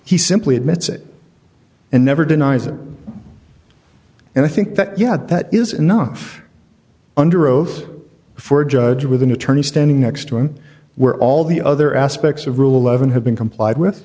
e simply admits it and never denies it and i think that yet that is enough under oath before a judge with an attorney standing next to him where all the other aspects of rule eleven have been complied with